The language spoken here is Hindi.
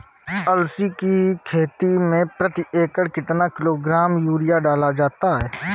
अलसी की खेती में प्रति एकड़ कितना किलोग्राम यूरिया डाला जाता है?